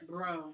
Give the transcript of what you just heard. Bro